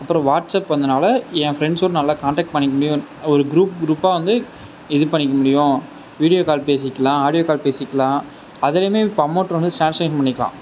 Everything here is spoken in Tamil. அப்பறம் வாட்ஸ்அப் வந்ததுனால் என் ஃப்ரெண்ட்ஸும் நல்லா காண்டக்ட் பண்ணிக்க முடியும் ஒரு குரூப் குரூப்பாக வந்து இது பண்ணிக்க முடியும் வீடியோ கால் பேசிக்கலாம் ஆடியோ கால் பேசிக்கலாம் அதுலேயுமே இப்போ அமௌண்ட் வந்து ட்ரான்ஸ்லேஷன் பண்ணிக்கலாம்